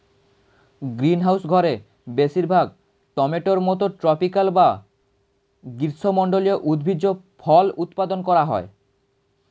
greenhouse ঘরে বেশিরভাগ টমেটোর মতো ট্রপিকাল বা গ্রীষ্মমন্ডলীয় উদ্ভিজ্জ ফল উৎপাদন করা হয়